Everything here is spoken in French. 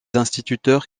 instituteurs